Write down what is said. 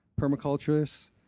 permaculturists